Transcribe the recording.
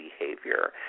behavior